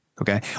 Okay